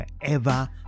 forever